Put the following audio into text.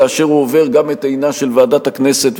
כאשר הוא עובר גם את העניין של ועדת הכנסת,